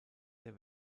der